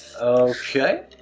Okay